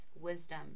wisdom